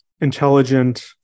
intelligent